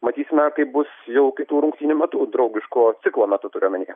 matysime kaip bus jau kitų rungtynių metu draugiško ciklo metu turiu omenyje